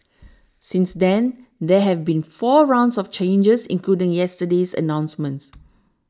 since then there have been four rounds of changes including yesterday's announcements